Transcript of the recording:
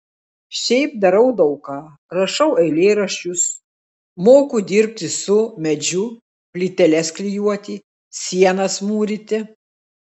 šiaip darau daug ką rašau eilėraščius moku dirbti su medžiu plyteles klijuoti sienas mūryti